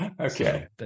Okay